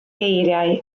geiriau